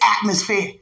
atmosphere